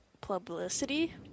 publicity